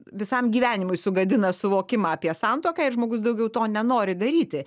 visam gyvenimui sugadina suvokimą apie santuoką ir žmogus daugiau to nenori daryti